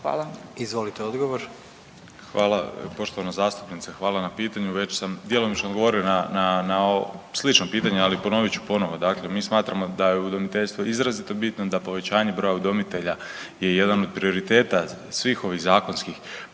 Josip (HDZ)** Hvala poštovana zastupnice, hvala na pitanju. Već sam djelomično odgovorio na ovo, slično pitanje, ali ponovit ću ponovo. Dakle, mi smatramo da je udomiteljstvo izrazito bitno, da povećanje broja udomitelja je jedan od prioriteta svih ovih zakonskih